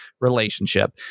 relationship